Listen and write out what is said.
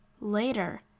Later